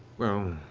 well,